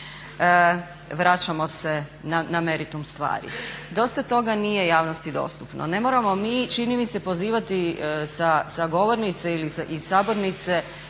vraćamo se na meritum stvari. Dosta toga nije javnosti dostupno. Ne moramo mi, čini mi se pozivati sa govornice ili iz sabornice